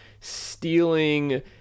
stealing